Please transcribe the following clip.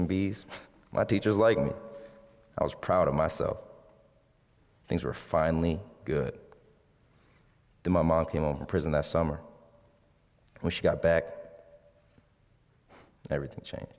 and b s my teachers like me i was proud of myself things were finally good to my mom came over prison that summer when she got back everything changed